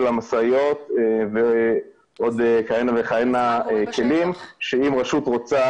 המשאיות ועוד כהנה וכהנה כלים שאם רשות רוצה